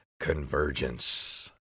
Convergence